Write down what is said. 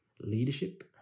leadership